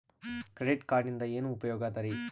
Credit ಕಾರ್ಡಿನಿಂದ ಏನು ಉಪಯೋಗದರಿ?